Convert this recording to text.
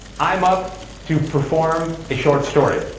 i'm up to perform a short story.